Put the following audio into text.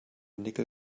nickel